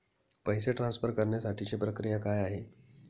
पैसे ट्रान्सफर करण्यासाठीची प्रक्रिया काय आहे?